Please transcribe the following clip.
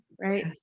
right